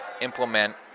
implement